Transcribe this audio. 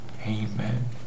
Amen